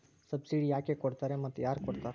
Subsidy ಯಾಕೆ ಕೊಡ್ತಾರ ಮತ್ತು ಯಾರ್ ಕೊಡ್ತಾರ್?